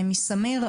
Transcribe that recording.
סמיר,